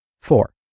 Four